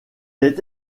est